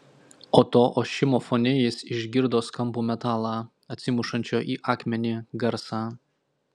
o to ošimo fone jis išgirdo skambų metalo atsimušančio į akmenį garsą